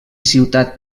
ciutat